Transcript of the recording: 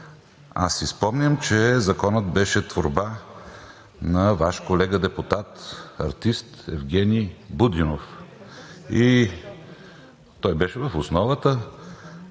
Аз си спомням, че Законът беше творба на Ваш колега депутат, артистът Евгени Будинов. Той беше в основата,